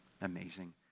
Amazing